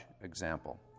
example